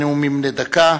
הממשלה,